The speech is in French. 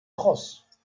crosse